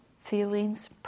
feelings